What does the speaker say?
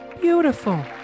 Beautiful